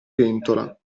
pentola